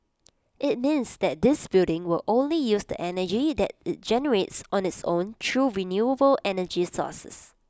IT means that this building will only use the energy that IT generates on its own through renewable energy sources